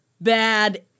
bad